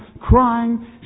crying